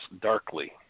darkly